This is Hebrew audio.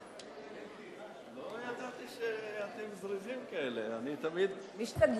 לא ידעתי שאתם זריזים כאלה, אני תמיד, משתדלים.